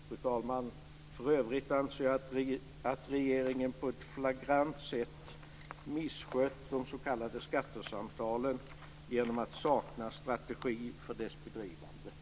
Fru talman! För övrigt anser jag att regeringen på ett flagrant sätt misskött de s.k. skattesamtalen genom att sakna strategi för deras bedrivande.